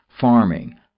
farming